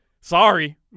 sorry